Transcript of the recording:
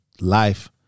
life